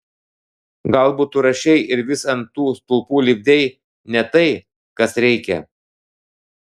galbūt tu rašei ir vis ant tų stulpų lipdei ne tai kas reikia